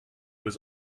was